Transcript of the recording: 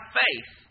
faith